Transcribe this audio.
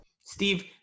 Steve